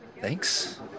Thanks